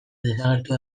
desagertu